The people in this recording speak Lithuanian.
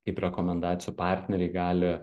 kaip rekomendacijų partneriai gali